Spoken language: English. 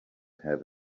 have